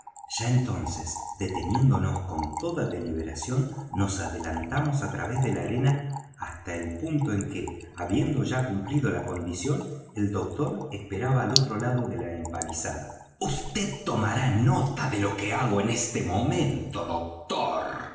ya entonces deteniéndonos con toda deliberación nos adelantamos á través de la arena basta el punto en que habiendo ya cumplido la condición el doctor esperaba al otro lado de la empalizada vd tomará nota de lo que hago en este momento doctor